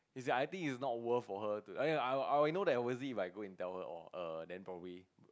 is I think is not worth for her to I mean I I will know that how was it if go to tell her err then probably